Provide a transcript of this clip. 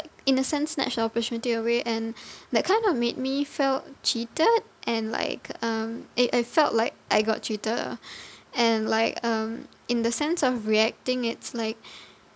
in a sense snatched the opportunity away and that kind of made me felt cheated and like um it it felt like I got cheated lah and like um in the sense of reacting it's like